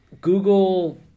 Google